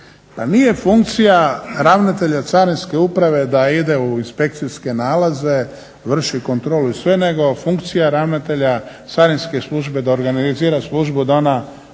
nije funkcija ravnatelja Carinske uprave da ide u inspekcijske nalaze, vrši kontrolu i sve nego funkcija ravnatelja Carinske službe je da organizira službu da ona